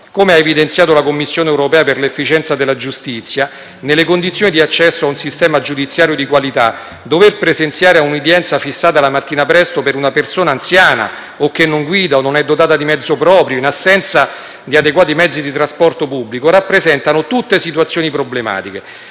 Come ha evidenziato la Commissione europea per l'efficienza della giustizia, nelle condizioni di accesso a un sistema giudiziario di qualità, dover presenziare a un'udienza fissata la mattina presto per una persona anziana o per una che non guida o non è dotata di mezzo proprio, in assenza di adeguati mezzi di trasporto pubblico, rappresenta una situazione problematica,